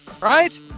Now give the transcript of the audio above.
Right